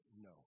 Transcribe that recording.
no